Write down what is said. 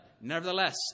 nevertheless